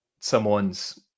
someone's